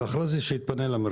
ואחרי זה שיתפנה למרכז.